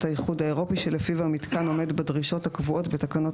האיחוד האירופי שלפיו המיתקן עומד בדרישות הקבועות בתקנות